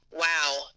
wow